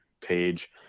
page